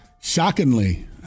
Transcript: shockingly